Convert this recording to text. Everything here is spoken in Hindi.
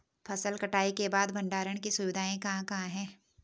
फसल कटाई के बाद भंडारण की सुविधाएं कहाँ कहाँ हैं?